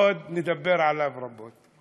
עוד נדבר עליו רבות.